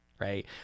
Right